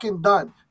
done